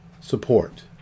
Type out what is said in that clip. support